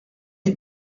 est